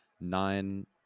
nine